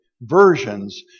versions